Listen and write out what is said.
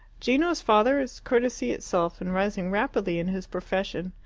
gino's father is courtesy itself, and rising rapidly in his profession.